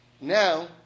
Now